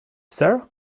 sir